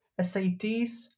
SATs